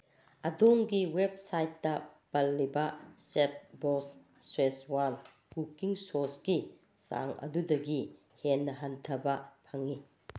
ꯑꯗꯣꯝꯒꯤ ꯋꯦꯞꯁꯥꯏꯠꯇ ꯄꯜꯂꯤꯕ ꯁꯦꯞꯕꯣꯁ ꯁꯦꯁꯋꯥꯜ ꯀꯨꯀꯤꯡ ꯁꯣꯁꯀꯤ ꯆꯥꯡ ꯑꯗꯨꯗꯒꯤ ꯍꯦꯟꯅ ꯍꯟꯊꯕ ꯐꯪꯏ